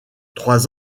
trois